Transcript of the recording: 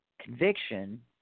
conviction